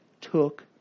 took